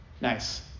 nice